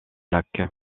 lac